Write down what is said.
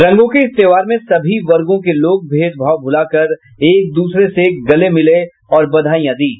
रंगों के इस त्योहार में सभी वर्गों के लोग भेद भाव भुलाकर एक दूसरे से गले मिले और बधाईयां दीं